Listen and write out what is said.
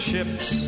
Ships